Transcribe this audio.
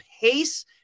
pace